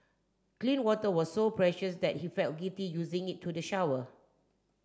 clean water was so precious that he felt guilty using it to the shower